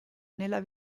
nella